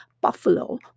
buffalo